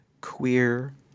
queer